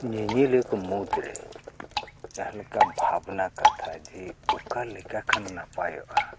ᱧᱮᱧᱮᱞᱤᱭᱟᱹ ᱠᱚ ᱢᱩᱫᱽᱨᱮ ᱡᱟᱦᱟᱸᱞᱮᱠᱟ ᱵᱷᱟᱵᱽᱱᱟ ᱠᱟᱛᱷᱟ ᱡᱮ ᱚᱠᱟ ᱞᱮᱠᱟ ᱠᱷᱟᱱ ᱱᱟᱯᱟᱭᱚᱜᱼᱟ